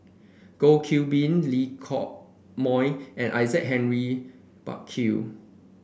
Goh Qiu Bin Lee Hock Moh and Isaac Henry Burkill